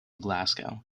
glasgow